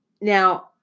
Now